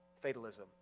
fatalism